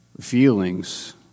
feelings